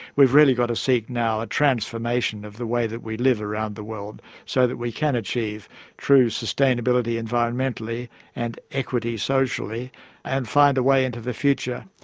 we've really got to seek now a transformation of the way that we live around the world so that we can achieve true sustainability environmentally and equity socially and find a way into the future.